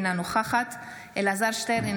אינה נוכחת אלעזר שטרן,